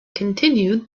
continued